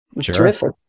terrific